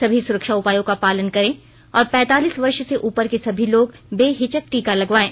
सभी सुरक्षा उपायों का पालन करें और पैंतालीस वर्ष से उपर के सभी लोग बेहिचक टीका लगवायें